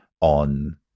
on